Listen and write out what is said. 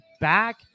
back